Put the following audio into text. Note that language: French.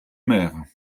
mère